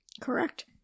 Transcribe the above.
Correct